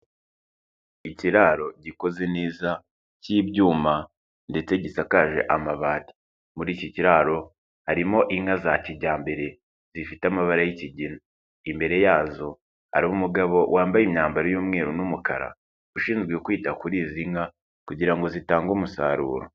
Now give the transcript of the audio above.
Ikiraro gikoze neza k'ibyuma ndetse gisakaje amabati, muri iki kiraro harimo inka za kijyambere zifite amabara y'ikigina, imbere yazo hari umugabo wambaye imyambaro y'umweru n'umukara, ushinzwe kwita kuri izi nka kugira ngo zitange umusaruro.